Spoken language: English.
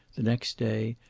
the next day,